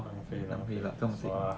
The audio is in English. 浪费浪费 sua lah